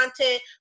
content